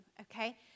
okay